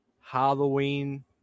Halloween